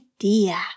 idea